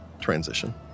transition